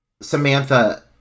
Samantha